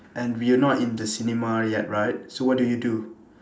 and we're not in the cinema yet right so what do you do